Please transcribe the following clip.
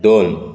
दोन